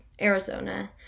Arizona